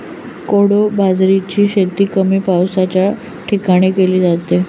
कोडो बाजरीची शेती कमी पावसाच्या ठिकाणी केली जाते